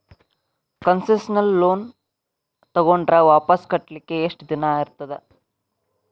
Concessional loan ತಗೊಂಡ್ರ್ ವಾಪಸ್ ಕಟ್ಲಿಕ್ಕೆ ಯೆಷ್ಟ್ ದಿನಾ ಇರ್ತದ?